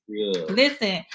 Listen